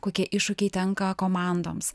kokie iššūkiai tenka komandoms